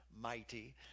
mighty